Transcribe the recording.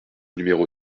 numéro